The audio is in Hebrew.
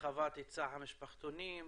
הרחבת היצע המשפחתונים,